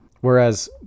Whereas